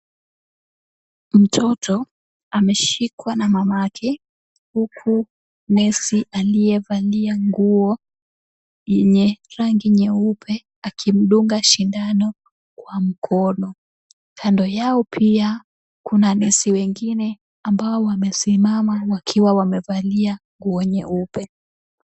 Mtoto ameshikwa na mamake, huku nurse aliyevalia nguo yenye rangi nyeupe akimdunga sindano kwa mkono. Kando yao pia kuna nurse wengine ambao wamesimama wakiwa wamevalia nguo nyeupe.